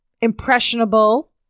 impressionable